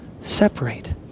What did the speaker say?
separate